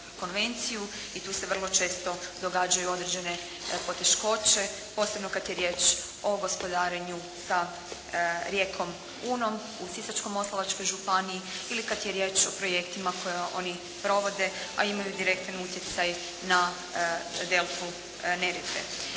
konvenciju i tu se vrlo često događaju određene poteškoće posebno kad je riječ o gospodarenju sa rijekom Unom u Sisačko-Moslavačkoj županiji ili kad je riječ o projektima koje oni provode a imaju direktan utjecaj na deltu Neretve.